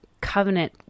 covenant